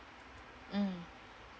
mm